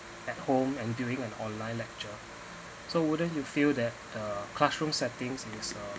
at home and doing an online lecture so wouldn't you feel that uh classroom settings is uh